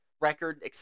record